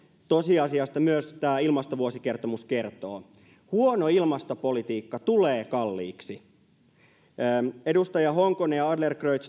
tosiasiasta myös tämä ilmastovuosikertomus kertoo huono ilmastopolitiikka tulee kalliiksi edustajat honkonen ja adlercreutz